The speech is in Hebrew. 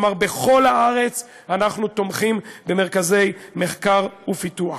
כלומר, בכל הארץ אנחנו תומכים במרכזי מחקר ופיתוח.